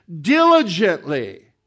diligently